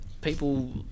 people